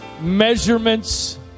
measurements